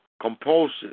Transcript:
compulsive